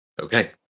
Okay